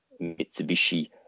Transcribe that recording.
Mitsubishi